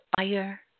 fire